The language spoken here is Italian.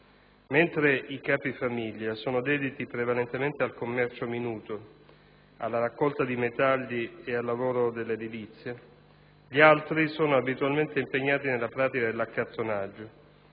mentre i capi famiglia sono dediti prevalentemente al commercio minuto, alla raccolta di metalli e al lavoro edile, gli altri sono abitualmente impegnati nella pratica dell'accattonaggio